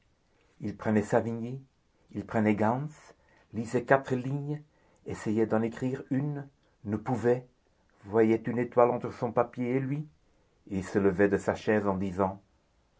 il prenait savigny il prenait gans lisait quatre lignes essayait d'en écrire une ne pouvait voyait une étoile entre son papier et lui et se levait de sa chaise en disant